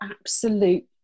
absolute